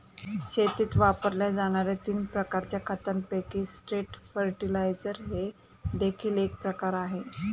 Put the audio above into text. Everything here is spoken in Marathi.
शेतीत वापरल्या जाणार्या तीन प्रकारच्या खतांपैकी स्ट्रेट फर्टिलाइजर हे देखील एक प्रकार आहे